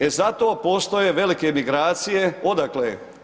E zato postoje velike migracije, odakle?